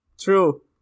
True